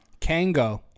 Kango